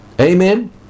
Amen